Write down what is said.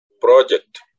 project